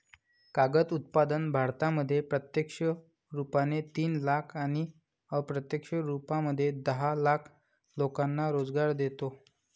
कागद उत्पादन भारतामध्ये प्रत्यक्ष रुपाने तीन लाख आणि अप्रत्यक्ष रूपामध्ये दहा लाख लोकांना रोजगार देतो